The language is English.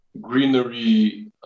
greenery